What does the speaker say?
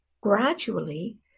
gradually